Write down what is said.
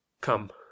come